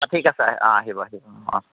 ঠিক আছে অঁ আহিব আহিব অঁ অঁ